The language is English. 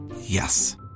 Yes